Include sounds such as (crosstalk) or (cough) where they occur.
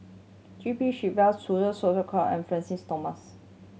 G P (unintelligible) and Francis Thomas